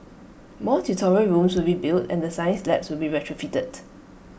more tutorial rooms will be built and the science labs will be retrofitted